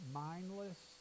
mindless